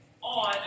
on